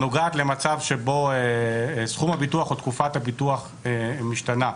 שנוגעת למצב שבו סכום הביטוח או תקופת הביטוח משתנה.